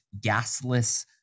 gasless